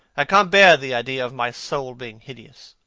i can't bear the idea of my soul being hideous.